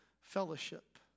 fellowship